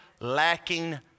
lacking